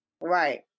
Right